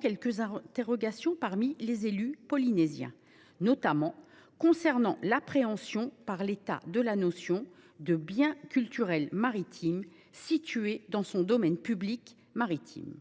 quelques interrogations parmi les élus polynésiens, notamment concernant l’appréhension par l’État de la notion de « biens culturels maritimes » situés dans son domaine public maritime.